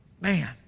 Man